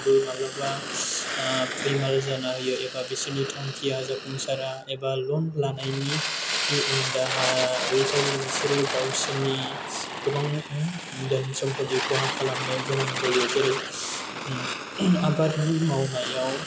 माब्लाबा फैमाल जाना होयो एबा बिसोरनि थांखिया जाफुंसारा एबा ल'न लानायनि उनदाहा उल्थायै बिसोरो गावसोरनि गोबां धोन सम्पति खहा खालामनो गोनां जायो जेरै आबाद मावनायाव